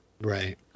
right